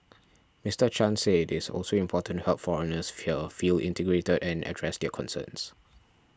Mister Chan said it is also important to help foreigners here feel integrated and address their concerns